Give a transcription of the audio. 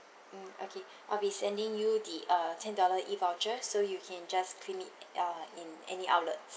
mm okay I'll be sending you the uh ten dollar E voucher so you can just claim it uh in any outlets